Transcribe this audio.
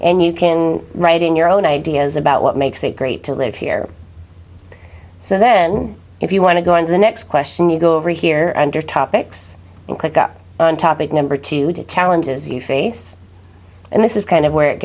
and you can write in your own ideas about what makes it great to live here so then if you want to go into the next question you go over here under topics and click up on topic number two challenges you face and this is kind of where it